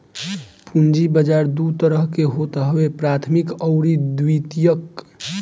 पूंजी बाजार दू तरह के होत हवे प्राथमिक अउरी द्वितीयक